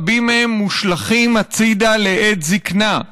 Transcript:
רבים מהם מושלכים הצידה לעת זקנה.